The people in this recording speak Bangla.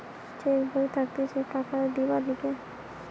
চেক বই থাকতিছে টাকা দিবার লিগে